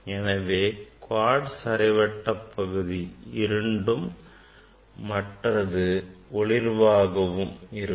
எனவே குவாட்ஸ் அரைவட்ட பகுதி இருண்டும் மற்றது ஒளிர்வாகவும் இருக்கும்